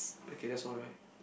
okay that's all right